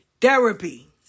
Therapy